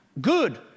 good